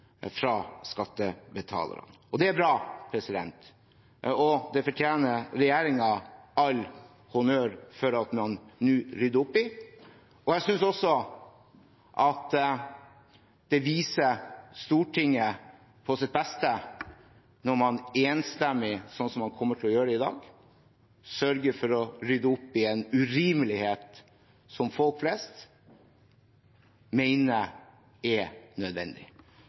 fra folketrygden, fra skattebetalerne. Det er bra, og regjeringen fortjener all honnør for at man nå rydder opp i dette. Jeg synes også at det viser Stortinget på sitt beste når man enstemmig – slik som man kommer til å gjøre i dag – sørger for å rydde opp i en urimelighet, som folk flest mener er nødvendig.